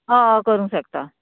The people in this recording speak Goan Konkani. अ करूं शकता